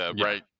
right